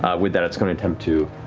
with that, it's going to attempt to